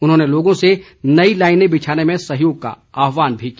उन्होंने लोगों से नई लाईने बिछाने में सहयोग का आहवान भी किया